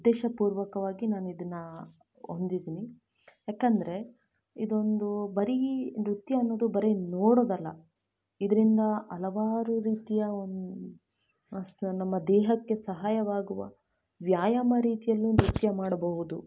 ಉದ್ದೇಶಪೂರ್ವಕವಾಗಿ ನಾನಿದನ್ನು ಹೊಂದಿದ್ದೀನಿ ಯಾಕಂದರೆ ಇದೊಂದು ಬರೀ ನೃತ್ಯ ಅನ್ನೋದು ಬರೀ ನೋಡೋದಲ್ಲ ಇದರಿಂದ ಹಲವಾರು ರೀತಿಯ ಒಂದು ಸ ನಮ್ಮ ದೇಹಕ್ಕೆ ಸಹಾಯವಾಗುವ ವ್ಯಾಯಾಮ ರೀತಿಯಲ್ಲೂ ನೃತ್ಯ ಮಾಡಬಹುದು